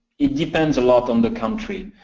it depends a lot on the country.